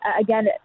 Again